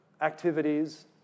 activities